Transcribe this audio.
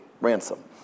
ransom